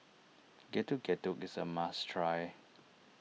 Getuk Getuk is a must try